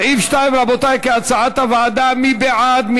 סעיף 2, רבותי, כהצעת הוועדה, מי בעד?